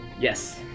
Yes